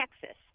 Texas